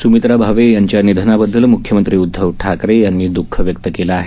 सुमित्रा भावे यांच्या निधनाबददल मुख्यमंत्री उदधव टाकरे यांनी दःख व्यक्त केलं आहे